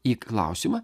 į klausimą